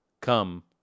come